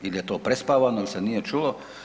Ili je to prespavano ili se nije čulo.